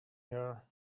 year